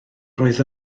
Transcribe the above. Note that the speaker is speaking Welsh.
roedd